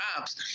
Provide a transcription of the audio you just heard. apps